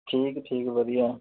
ਠੀਕ ਠੀਕ ਵਧੀਆ